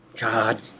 God